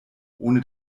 ohne